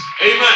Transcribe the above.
Amen